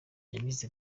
yagize